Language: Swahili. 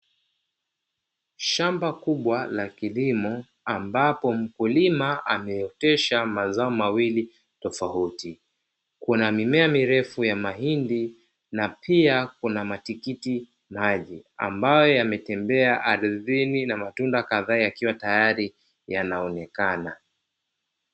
Shamba kubwa la kilimo ambapo mkulima ameotesha mazao mawili tofauti kuna mimea mirefu ya mahindi na pia kuna matikiti maji, ambayo yametambaa ardhini na matunda kadhaa yakiwa tayari yanaonekana.